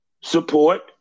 support